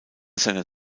seiner